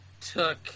took